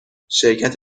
شرکت